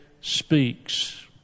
speaks